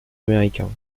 américains